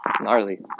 Gnarly